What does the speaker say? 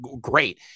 great